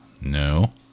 No